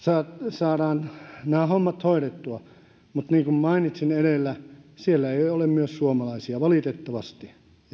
saadaan nämä hommat hoidettua mutta niin kuin mainitsin edellä siellä ei ole ole myös suomalaisia valitettavasti